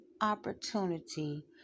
opportunity